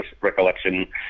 recollection